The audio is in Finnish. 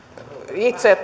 itse